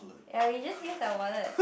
ya we just used our wallet